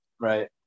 right